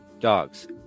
Dogs